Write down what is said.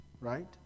Right